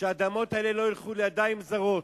שהאדמות האלה לא ילכו לידיים זרות,